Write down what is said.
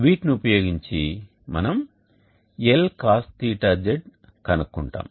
వీటిని ఉపయోగించి మనం L cosθz కనుక్కుంటాము